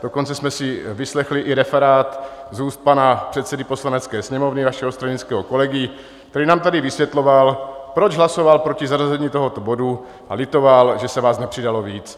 Dokonce jsme si vyslechli i referát z úst pana předsedy Poslanecké sněmovny, vašeho stranického kolegy, který nám tady vysvětloval, proč hlasoval proti zařazení tohoto bodu, a litoval, že se vás nepřidalo víc.